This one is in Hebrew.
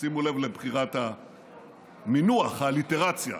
שימו לב לבחירת המינוח, האליטרציה.